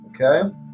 Okay